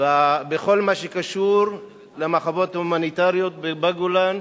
ומכל מה שקשור למחוות הומניטריות בגולן,